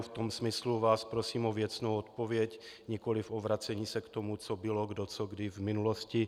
V tom smyslu vás prosím o věcnou odpověď, nikoli o vracení se k tomu, co bylo, kdo co kdy v minulosti.